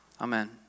Amen